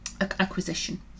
acquisition